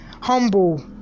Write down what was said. humble